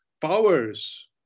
powers